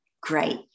great